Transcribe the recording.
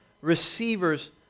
receivers